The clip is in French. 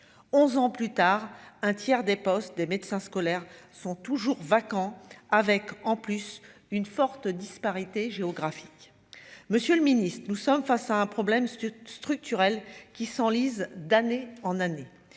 11 ans plus tard, un tiers des postes de médecins scolaires sont toujours vacants, avec en plus une forte disparité géographique Monsieur le Ministre, nous sommes face à un problème structurel qui s'enlise, d'année en année